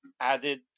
added